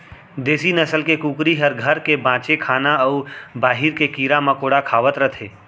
देसी नसल के कुकरी हर घर के बांचे खाना अउ बाहिर के कीरा मकोड़ा खावत रथे